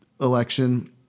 election